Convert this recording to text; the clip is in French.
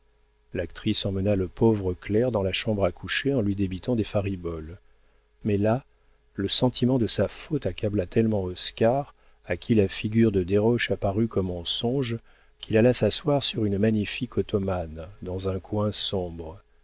l'actrice emmena le pauvre clerc dans la chambre à coucher en lui débitant des fariboles mais là le sentiment de sa faute accabla tellement oscar à qui la figure de desroches apparut comme en songe qu'il alla s'asseoir sur une magnifique ottomane dans un coin sombre